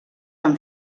amb